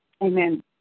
Amen